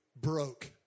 broke